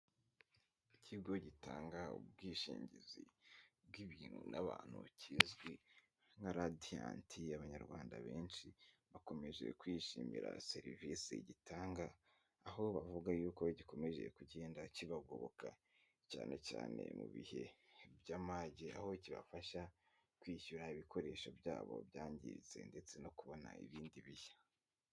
Ikiigo gitanga ubwishingizi bw'ibintu n'abantu kizwi nka Radianti abanyarwanda benshi bakomeje kwishimira serivisi gitanga aho bavuga yuko gikomeje kugenda kibagoboka cyane cyane mu bihe by'amage aho kibafasha kwishyura ibikoresho byabo byangiritse ndetse no kubona ibindi bishya.